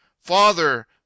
Father